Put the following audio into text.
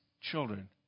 children